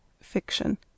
fiction